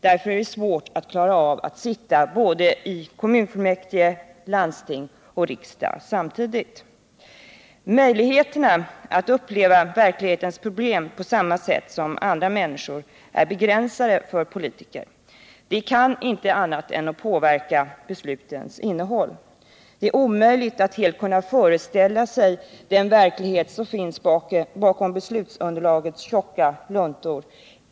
Därför är det svårt att klara av att sitta i kommunfullmäktige, landsting och riksdag samtidigt. Möjligheterna att uppleva verklighetens problem på samma sätt som andra människor är begränsade för politiker. Det kan inte annat än påverka beslutens innehåll. Det är omöjligt att helt föreställa sig den verklighet som finns bakom beslutsunderlagets tjocka luntor.